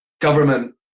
government